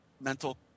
mental